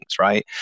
right